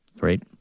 Right